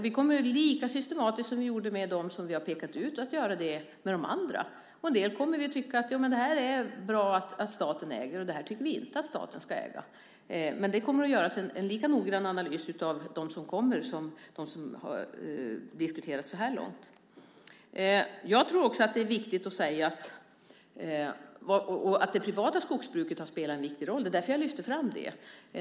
Vi kommer att göra det lika systematiskt med de andra som vi gjorde det med dem som vi har pekat ut. I en del fall kommer vi att tycka att det är bra att staten äger företagen, och andra fall kommer vi att tycka att staten inte ska äga dem. Det kommer att göras en lika noggrann analys av dem som kommer som av dem som har diskuterats så här långt. Jag tror också att det är viktigt att säga att det privata skogsbruket har spelat en viktig roll. Det är därför jag lyfter fram det.